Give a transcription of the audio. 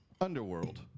Underworld